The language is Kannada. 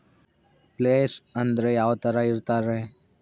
ಪ್ಲೇಸ್ ಅಂದ್ರೆ ಯಾವ್ತರ ಇರ್ತಾರೆ?